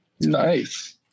Nice